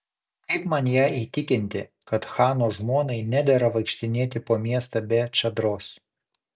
kaip man ją įtikinti kad chano žmonai nedera vaikštinėti po miestą be čadros